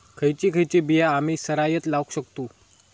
खयची खयची बिया आम्ही सरायत लावक शकतु?